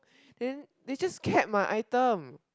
then they just kept my item